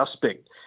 suspect